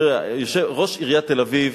ראש עיריית תל-אביב